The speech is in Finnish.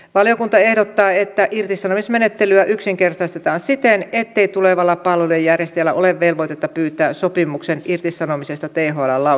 valiokunta ehdottaa että irtisanomismenettelyä yksinkertaistetaan siten ettei tulevalla palvelujen järjestäjällä ole velvoitetta pyytää sopimuksen irtisanomisesta thln lausuntoa